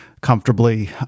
comfortably